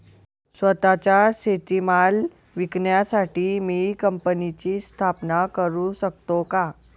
स्वत:चा शेतीमाल विकण्यासाठी मी कंपनीची स्थापना करु शकतो का?